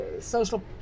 social